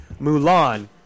Mulan